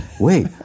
wait